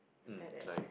something like that